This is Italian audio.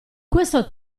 questo